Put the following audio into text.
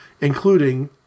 including